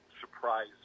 surprise